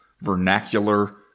vernacular